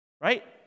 Right